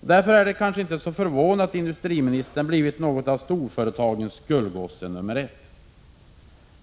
Därför är det kanske inte så förvånande att industriministern blivit något av storföretagens ”gullgosse nr 1”.